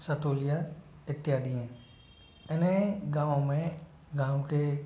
सतुल्य इत्यादि हैं मैंने गाँव में गाँव के